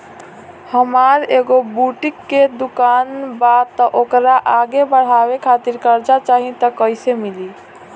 हमार एगो बुटीक के दुकानबा त ओकरा आगे बढ़वे खातिर कर्जा चाहि त कइसे मिली?